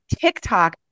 TikTok